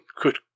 Good